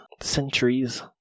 centuries